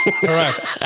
Correct